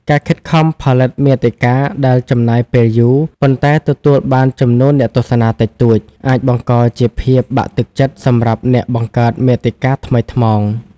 ការខិតខំផលិតមាតិកាដែលចំណាយពេលយូរ ប៉ុន្តែទទួលបានចំនួនអ្នកទស្សនាតិចតួច អាចបង្កជាភាពបាក់ទឹកចិត្តសម្រាប់អ្នកបង្កើតមាតិកាថ្មីថ្មោង។